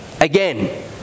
again